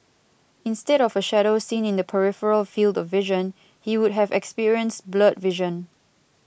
instead of a shadow seen in the peripheral field of vision he would have experienced blurred vision